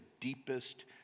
deepest